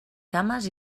cames